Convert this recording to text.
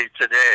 today